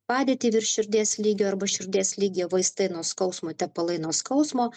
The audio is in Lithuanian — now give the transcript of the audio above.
padėtį virš širdies lygio arba širdies lygyje vaistai nuo skausmo tepalai nuo skausmo